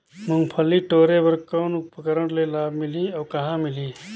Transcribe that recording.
मुंगफली टोरे बर कौन उपकरण ले लाभ मिलही अउ कहाँ मिलही?